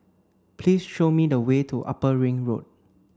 please show me the way to Upper Ring Road